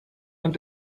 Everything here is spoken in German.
und